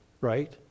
right